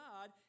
God